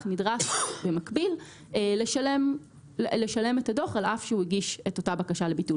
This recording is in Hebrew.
נדרש במקביל לשלם את הדוח על אף הוא הגיש את אותה בקשה לביטול.